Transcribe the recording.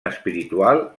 espiritual